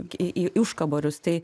į į užkaborius tai